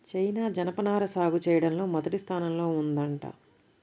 China జనపనార సాగు చెయ్యడంలో మొదటి స్థానంలో ఉందంట